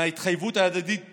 מההתחייבות ההדדית ביניהם.